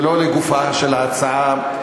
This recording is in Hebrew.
ולא לגופה של ההצעה.